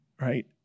right